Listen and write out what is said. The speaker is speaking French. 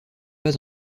pas